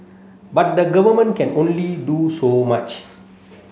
but the Government can only do so much